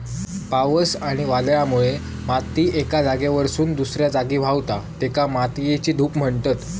पावस आणि वादळामुळे माती एका जागेवरसून दुसऱ्या जागी व्हावता, तेका मातयेची धूप म्हणतत